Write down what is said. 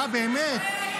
אה, באמת?